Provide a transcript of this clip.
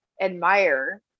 admire